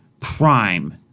Prime